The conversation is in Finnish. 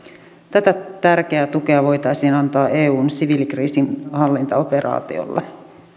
tätä tärkeää tukea voitaisiin antaa eun siviilikriisinhallintaoperaatiolle